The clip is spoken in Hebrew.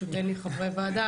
פשוט אין לי חברי ועדה,